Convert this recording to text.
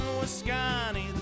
Wisconsin